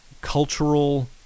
cultural –